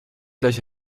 gleich